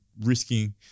risking